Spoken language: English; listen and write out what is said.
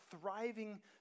thriving